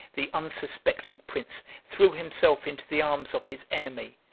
the unsuspecting prince threw himself into the arms of his enemy,